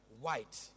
white